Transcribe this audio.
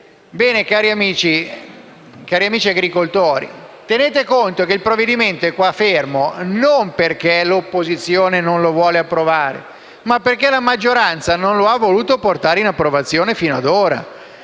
Cari amici agricoltori, tenete conto che il provvedimento è qua fermo non perché l'opposizione non vuole approvarlo, ma perché la maggioranza non ha voluto portarlo in approvazione fino ad ora.